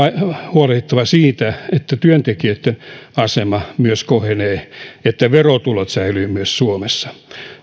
huolehdittava siitä että työntekijöitten asema myös kohenee että verotulot myös säilyvät suomessa